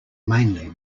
mainly